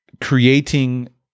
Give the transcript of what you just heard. creating